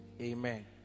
Amen